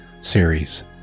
series